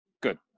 good